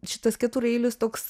šitas ketureilis toks